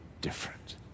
different